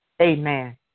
Amen